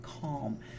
calm